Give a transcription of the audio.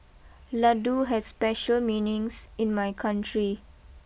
Ladoo has special meanings in my country